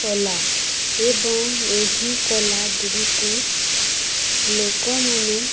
କଳା ଏବଂ ଏହି କଳାଗୁଡ଼ିକୁ ଲୋକମାନେ